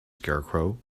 scarecrow